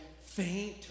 faint